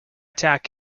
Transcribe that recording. tak